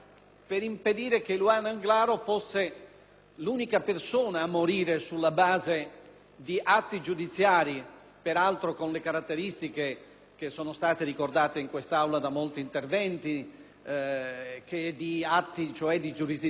l'unica persona a morire sulla base di atti giudiziari, peraltro con le caratteristiche che sono state ricordate in quest'Aula da molti interventi, atti cioè di giurisdizione volontaria che, come tali, possono essere soggetti